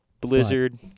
blizzard